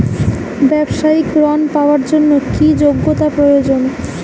ব্যবসায়িক ঋণ পাওয়ার জন্যে কি যোগ্যতা প্রয়োজন?